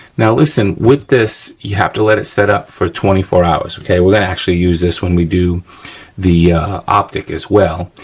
now listen, with this you have to let it set up for twenty four hours, okay, we're gonna actually use this when we do the optic as well,